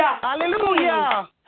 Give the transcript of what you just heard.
Hallelujah